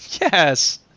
Yes